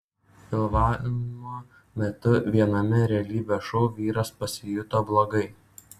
filmavimo metu viename realybės šou vyras pasijuto blogai